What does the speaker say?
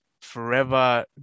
forever